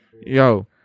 Yo